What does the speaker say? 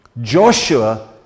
Joshua